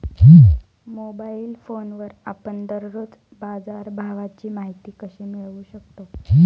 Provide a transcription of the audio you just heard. Mobile फोनवर आपण दररोज बाजारभावाची माहिती कशी मिळवू शकतो?